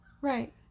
Right